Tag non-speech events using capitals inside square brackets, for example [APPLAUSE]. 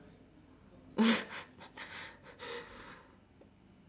[LAUGHS]